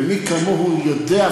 ומי כמוהו יודע,